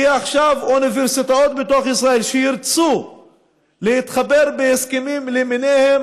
כי עכשיו אוניברסיטאות בתוך ישראל שירצו להתחבר בהסכמים למיניהם,